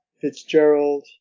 Fitzgerald